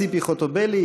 ציפי חוטובלי,